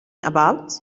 about